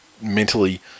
mentally